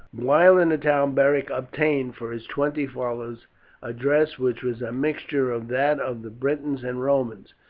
while in the town beric obtained for his twenty followers a dress which was a mixture of that of the britons and romans,